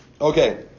Okay